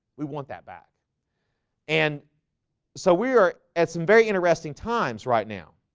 we want that back and so we are at some very interesting times right now